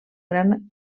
gran